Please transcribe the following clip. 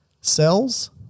Cells